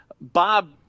Bob